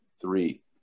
three